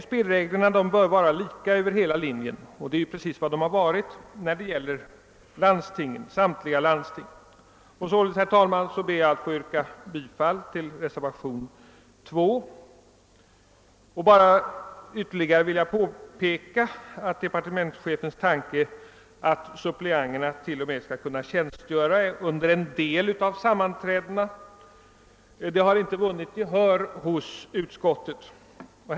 Spelreglerna bör vara lika över hela linjen, och det är precis vad de har varit när det gäller samtliga landsting. Jag ber, herr talman, att få yrka bifall till reservationen 2. Jag vill bara ytterligare påpeka att departementschefens tanke att suppleanterna till och med skulle kunna tjänstgöra under en del av sammanträdena inte har vunnit gehör hos utskottet.